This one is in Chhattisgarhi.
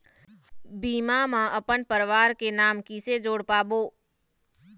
बीमा म अपन परवार के नाम किसे जोड़ पाबो?